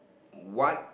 what